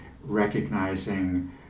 recognizing